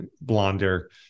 blonder